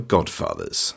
Godfathers